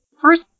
First